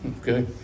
Okay